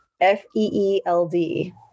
F-E-E-L-D